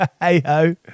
Hey-ho